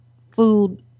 food